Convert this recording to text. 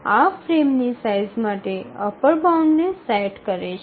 આ ફ્રેમની સાઇઝ માટે અપર બાઉન્ડને સેટ કરે છે